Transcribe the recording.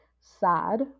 sad